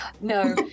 No